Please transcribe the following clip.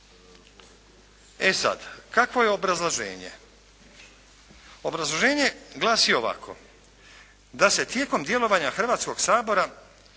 E sad. Kakvo je obrazloženje? Obrazloženje glasi ovako. Da se tijekom djelovanja Hrvatskog sabora